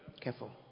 Careful